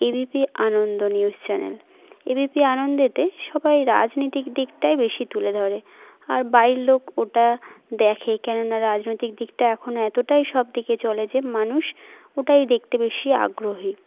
ABP Ananda news channel ABP আনন্দেতে সবাই রাজনীতিক দিকটাই বেশি তুলে ধরে আর বাড়ির লোক ওটা দেখে কেন না রাজনৈতিক দিকটা এখন এতোটাই সব দিকে চলে যে মানুষ ওটাই দেখতে বেশি আগ্রহী